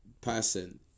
person